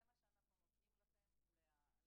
63),